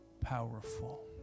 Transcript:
Powerful